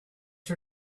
for